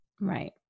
Right